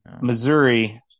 Missouri